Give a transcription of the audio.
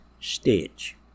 stitch